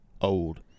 old